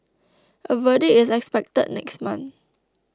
a verdict is expected next month